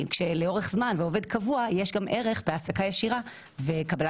כשלאורך זמן לעובד קבוע יש גם ערך בהעסקה ישירה וקבלת